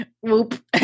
whoop